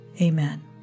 Amen